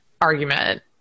argument